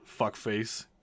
fuckface